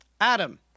Adam